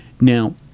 Now